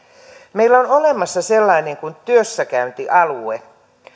meillä on olemassa sellainen kuin työssäkäyntialue